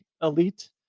elite